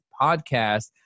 podcast